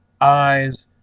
Eyes